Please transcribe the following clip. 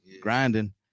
grinding